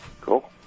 Cool